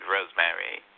Rosemary